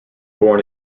born